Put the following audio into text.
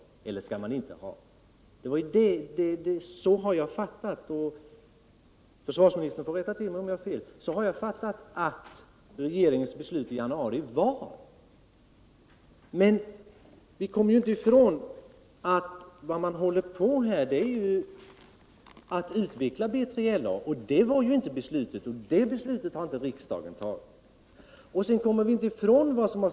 Så har jag fattat innebörden i regeringens beslut i januari, men försvarsministern får naturligtvis rätta mig, om jag har fel. Ni kommer dock inte ifrån att man nu håller på att utveckla BILA —- men detta innebar ju inte beslutet; ett sådant beslut har riksdagen inte fattat!